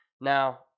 Now